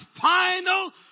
final